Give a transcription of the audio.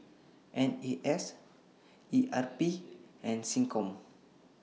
N A S E R P and Seccom